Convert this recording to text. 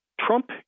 Trump